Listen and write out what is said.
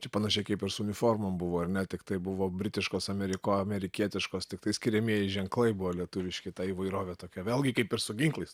čia panašiai kaip ir su uniformom buvo ar ne tiktai buvo britiškos ameriko amerikietiškos tiktai skiriamieji ženklai buvo lietuviški ta įvairovė tokia vėlgi kaip ir su ginklais